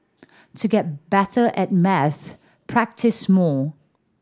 to get better at maths practise more